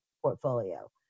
portfolio